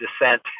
descent